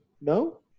No